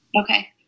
Okay